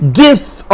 gifts